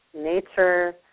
nature